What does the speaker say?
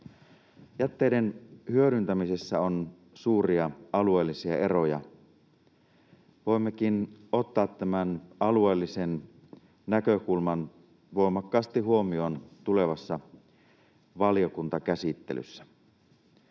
Jätteiden hyödyntämisessä on suuria alueellisia eroja. Voimmekin ottaa tämän alueellisen näkökulman voimakkaasti huomioon tulevassa valiokuntakäsittelyssä.